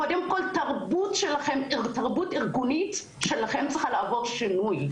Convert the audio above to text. קודם כול התרבות הארגונית שלכם צריכה לעבור שינוי.